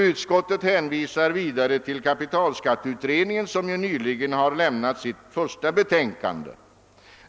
Utskottet hänvisar vidare till kapitalskatteutredningen, som nyligen avlämnat sitt första betänkande.